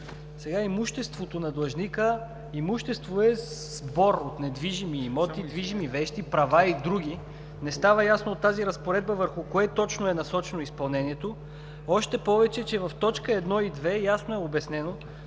Сега имуществото на длъжника е сбор от недвижими имоти, движими вещи, права и други. Не става ясно от тази разпоредба върху кое точно е насочено изпълнението. Още повече в т. 1 и т. 2 ясно е обяснено,